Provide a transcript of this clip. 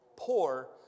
poor